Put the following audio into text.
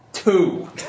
Two